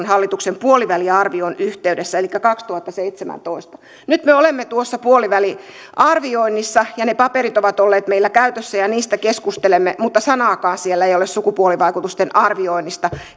hallituksen puoliväliarvion yhteydessä elikkä kaksituhattaseitsemäntoista nyt me olemme tuossa puoliväliarvioinnissa ja ne paperit ovat olleet meillä käytössä ja niistä keskustelemme mutta sanaakaan siellä ei ole sukupuolivaikutusten arvioinnista